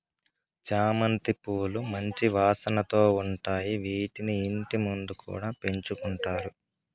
చామంతి పూలు మంచి వాసనతో ఉంటాయి, వీటిని ఇంటి ముందు కూడా పెంచుకుంటారు